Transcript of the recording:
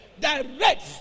Direct